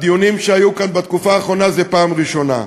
הדיונים שהיו כאן בתקופה האחרונה, זה פעם ראשונה.